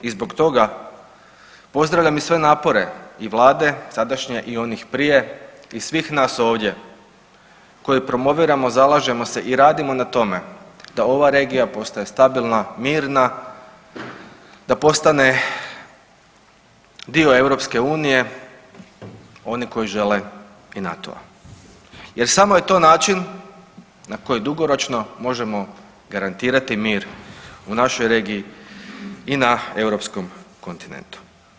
I zbog toga pozdravljam i sve napore i vlade sadašnje i onih prije i svih nas ovdje koji promoviramo, zalažemo se i radimo na tome da ova regija postaje stabilna, mirna, da postane dio EU, oni koji žele i NATO-a jer samo je to način na koji dugoročno možemo garantirati mir u našoj regiji i na europskom kontinentu.